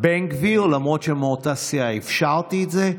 בן גביר, למרות שהם מאותו הסיעה אפשרתי את זה,